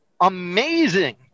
amazing